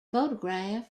photographed